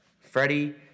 Freddie